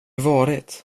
varit